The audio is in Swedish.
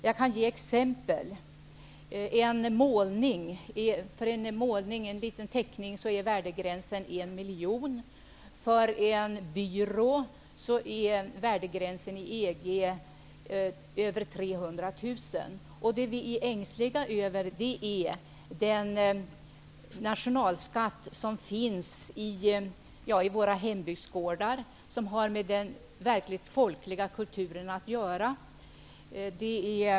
Jag kan ge exempel. För en liten målning eller teckning är värdegränsen 1 miljon. För en byrå är värdegränsen inom EG över 300 000. Det vi är ängsliga över är den nationalskatt som finns i våra hembygdsgårdar och som har med den verkligt folkliga kulturen att göra.